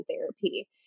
therapy